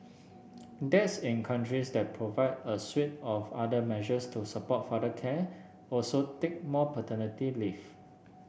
dads in countries that provide a suite of other measures to support father care also take more paternity leave